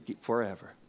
forever